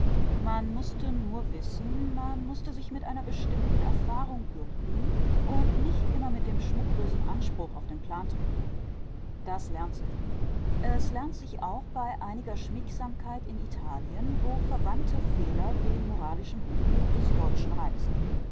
man mußte nur wissen man mußte sich mit einer bestimmten erfahrung gürten und nicht immer mit dem schmucklosen anspruch auf den plan treten das lernt sich es lernt sich auch bei einiger schmiegsamkeit in italien wo verwandte fehler den moralischen hochmut des deutschen reizen